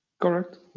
Correct